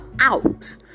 out